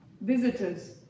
visitors